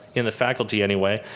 in the faculty anyway,